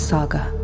Saga